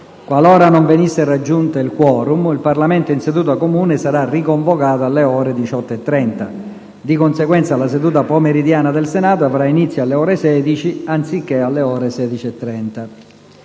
Qualora non venisse raggiunto il *quorum*, il Parlamento in seduta comune sarà riconvocato alle ore 18,30. Di conseguenza, la seduta pomeridiana del Senato avrà inizio alle ore 16 anziché alle ore 16,30.